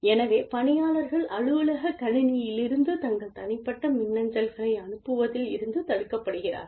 எனவே பணியாளர்கள் அலுவலக கணினியிலிருந்து தங்கள் தனிப்பட்ட மின்னஞ்சல்களை அனுப்புவதில் இருந்து தடுக்கப்படுகிறார்கள்